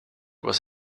was